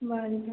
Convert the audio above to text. ମାଣିକ ମେଳେ